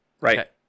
Right